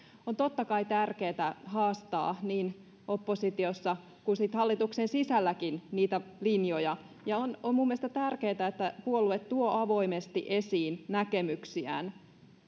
on totta kai tärkeätä haastaa niin oppositiossa kuin sitten hallituksen sisälläkin niitä linjoja ja on minun mielestäni tärkeätä että puolue tuo avoimesti esiin näkemyksiään